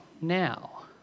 now